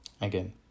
again